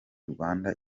rwanda